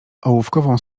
ołówkową